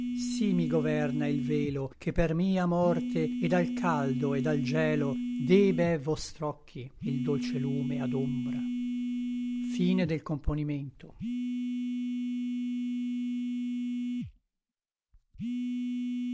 sí mi governa il velo che per mia morte et al caldo et al gielo de be vostr'occhi il dolce lume adombra se